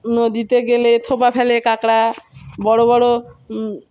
নদীতে গেলে থোপা ফেলে কাঁকড়া বড় বড়